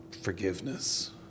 forgiveness